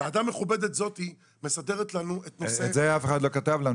הוועדה המכובדת מסדרת לנו את נושא --- את זה אף אחד לא כתב לנו,